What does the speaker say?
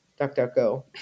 DuckDuckGo